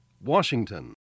Washington